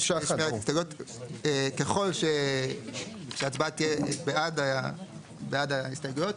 ככל שההצבעה תהיה בעד ההסתייגויות,